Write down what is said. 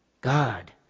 God